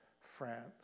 France